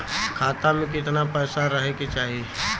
खाता में कितना पैसा रहे के चाही?